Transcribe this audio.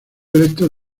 electo